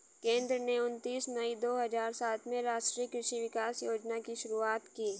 केंद्र ने उनतीस मई दो हजार सात में राष्ट्रीय कृषि विकास योजना की शुरूआत की